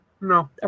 No